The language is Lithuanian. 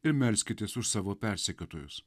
ir melskitės už savo persekiotojus